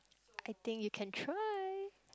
I think you can try